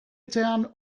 etxean